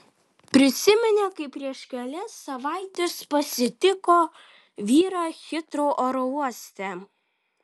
prisiminė kaip prieš kelias savaites pasitiko vyrą hitrou oro uoste